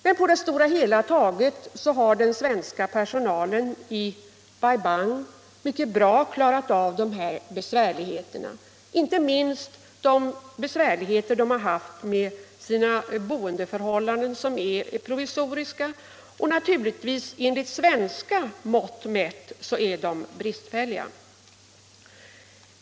Men på det hela taget har den svenska personalen i Bai Bang mycket bra klarat av de här besvärligheterna — inte minst de problem de har haft med sina boendeförhållanden, som är provisoriska. Med svenska mått mätt är bostäderna naturligtvis bristfälliga.